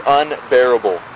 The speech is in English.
unbearable